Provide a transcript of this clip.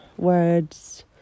Words